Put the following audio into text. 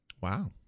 Wow